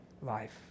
life